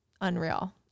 unreal